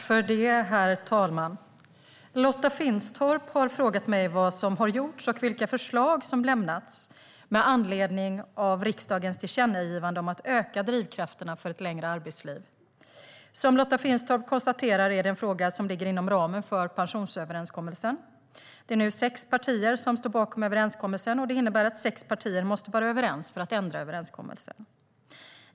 Herr talman! Lotta Finstorp har frågat mig vad som gjorts och vilka förslag som lämnats med anledning av riksdagens tillkännagivande om att öka drivkrafterna för ett längre arbetsliv. Som Lotta Finstorp konstaterar är det en fråga som ligger inom ramen för pensionsöverenskommelsen. Det är nu sex partier som står bakom överenskommelsen, och det innebär att sex partier måste vara överens för att ändra överenskommelsen.